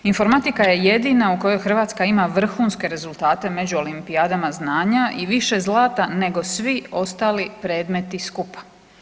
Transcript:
Informatika je jedina u kojoj Hrvatska ima vrhunske rezultate među olimpijadama znanja i više zlata nego svi ostali predmeti skupa.